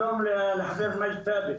שלום לחבר מג'ד ת'אבת.